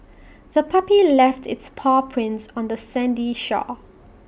the puppy left its paw prints on the sandy shore